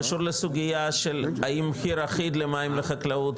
קשור לסוגייה של האם מחיר אחיד למים לחקלאות,